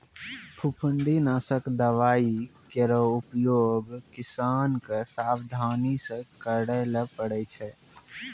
फफूंदी नासक दवाई केरो उपयोग किसान क सावधानी सँ करै ल पड़ै छै